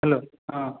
hello ହଁ